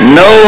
no